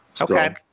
Okay